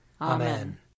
Amen